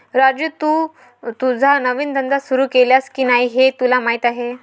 राजू, तू तुझा नवीन धंदा सुरू केलास की नाही हे तुला माहीत आहे